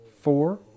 four